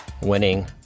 winning